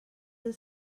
del